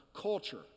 culture